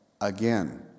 again